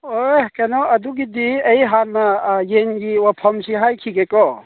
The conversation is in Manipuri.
ꯑꯣꯏ ꯀꯩꯅꯣ ꯑꯗꯨꯒꯤꯗꯤ ꯑꯩ ꯍꯥꯟꯅ ꯑꯥ ꯌꯦꯟꯒꯤ ꯋꯥꯐꯝꯁꯤ ꯍꯥꯏꯈꯤꯒꯦꯀꯣ